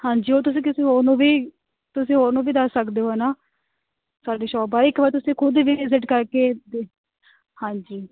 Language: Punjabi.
ਹਾਂਜੀ ਉਹ ਤੁਸੀਂ ਕਿਸੇ ਹੋਰ ਨੂੰ ਵੀ ਤੁਸੀਂ ਹੋਰ ਨੂੰ ਵੀ ਦੱਸ ਸਕਦੇ ਹੋ ਨਾ ਸਾਡੀ ਸ਼ੋਪ ਹੈ ਇੱਕ ਵਾਰ ਤੁਸੀਂ ਖੁਦ ਵੀ ਵਿਜ਼ਿਟ ਕਰਕੇ ਦੇਖ ਹਾਂਜੀ